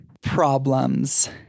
problems